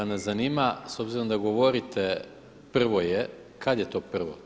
Pa nas zanima s obzirom da govorite prvo je, kada je to prvo?